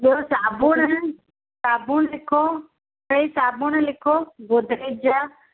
ॿियो साबुण साबुण लिखो टे साबुण लिखो गोदरेज जा